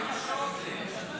תלוי כמה שעות זה יהיה.